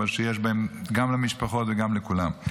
אבל יש בהם גם למשפחות וגם לכולם.